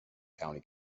county